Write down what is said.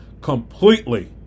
completely